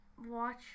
watch